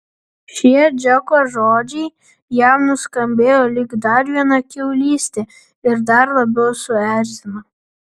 šie džeko žodžiai jam nuskambėjo lyg dar viena kiaulystė ir dar labiau suerzino